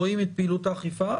רואים את פעילות האכיפה.